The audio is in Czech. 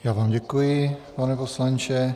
Já vám děkuji, pane poslanče.